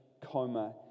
coma